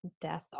death